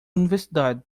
universidade